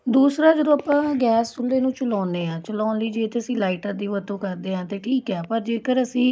ਦੂਸਰਾ ਜਦੋਂ ਆਪਾਂ ਗੈਸ ਚੁੱਲ੍ਹੇ ਨੂੰ ਚਲਾਉਂਦੇ ਹਾਂ ਚਲਾਉਣ ਲਈ ਜੇ ਤਾਂ ਅਸੀਂ ਲਾਈਟਰ ਦੀ ਵਰਤੋਂ ਕਰਦੇ ਹਾਂ ਤਾਂ ਠੀਕ ਹੈ ਪਰ ਜੇਕਰ ਅਸੀਂ